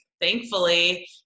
thankfully